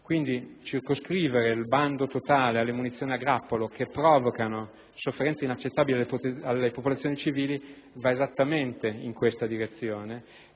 Circoscrivere il bando totale alle munizioni a grappolo che provocano sofferenze inaccettabili alle popolazioni civili, va esattamente in questa direzione